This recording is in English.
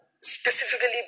specifically